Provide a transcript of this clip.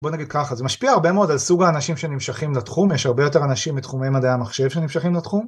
בוא נגיד ככה, זה משפיע הרבה מאוד על סוג האנשים שנמשכים לתחום, יש הרבה יותר אנשים מתחומי מדעי המחשב שנמשכים לתחום.